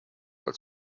als